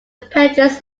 padres